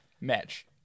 match